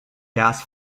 gas